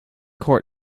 court